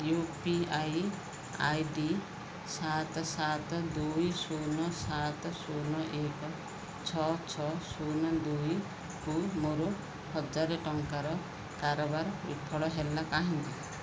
you P I I D ସାତ ସାତ ଦୁଇ ଶୂନ ସାତ ଶୂନ ଏକ ଛଅ ଛଅ ଶୂନ ଦୁଇକୁ ମୋର ହଜାର ଟଙ୍କାର କାରବାର ବିଫଳ ହେଲା କାହିଁକି